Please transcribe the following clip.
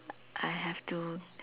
I have to